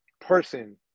person